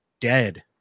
dead